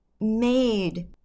made